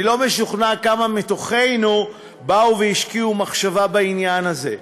אני לא משוכנע כמה מתוכנו באו והשקיעו מחשבה בעניין הזה.